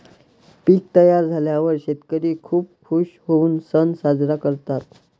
पीक तयार झाल्यावर शेतकरी खूप खूश होऊन सण साजरा करतात